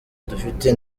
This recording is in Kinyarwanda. dufite